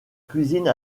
cuisine